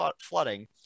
flooding